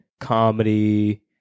comedy